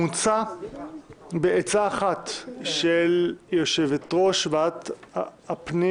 מוצע בעצה אחת עם יושבת-ראש ועדת הפנים